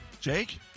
Jake